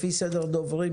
לפי סדר דוברים,